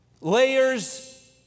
layers